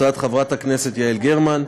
הצעת חברת הכנסת יעל גרמן.